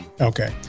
Okay